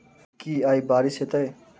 की आय बारिश हेतै?